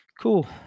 cool